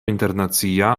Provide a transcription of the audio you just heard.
internacia